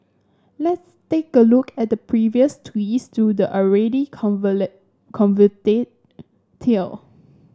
let's take a look at the previous twists to the already convoluted tale